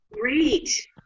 great